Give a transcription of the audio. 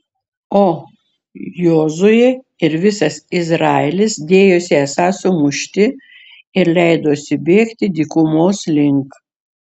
o jozuė ir visas izraelis dėjosi esą sumušti ir leidosi bėgti dykumos link